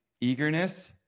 eagerness